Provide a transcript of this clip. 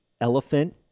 elephant